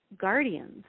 guardians